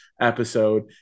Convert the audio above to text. episode